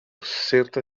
senta